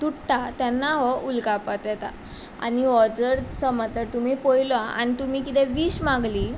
तुट्टा तेन्ना हो उल्कापात जाता आनी हो जर समज तर तुमी पयलो आनी तुमी कितें वीश मागली